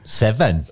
seven